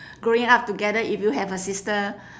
growing up together if you have a sister